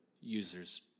users